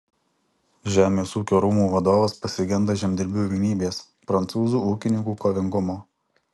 žemės ūkio rūmų vadovas pasigenda žemdirbių vienybės prancūzų ūkininkų kovingumo